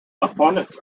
opponents